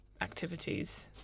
activities